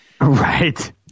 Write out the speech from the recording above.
Right